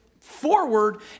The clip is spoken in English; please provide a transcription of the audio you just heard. forward